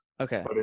Okay